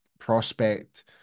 prospect